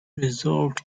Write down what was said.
preserved